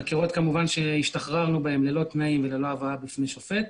חקירות מהן השתחררנו ללא תנאים וללא הבאה בפני שופט.